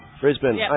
Brisbane